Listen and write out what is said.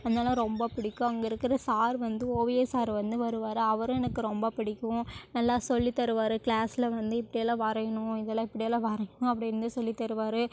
அதெல்லாம் ரொம்ப பிடிக்கும் அங்கே இருக்கிற சார் வந்து ஓவிய சார் வந்து வருவார் அவரும் எனக்கு ரொம்ப பிடிக்கும் நல்லா சொல்லித்தருவார் கிளாஸ்சில் வந்து இப்படியெல்லாம் வரையணும் இதெல்லாம் இப்படியெல்லாம் வரையணும் அப்படி வந்து சொல்லித்தருவார்